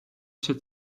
się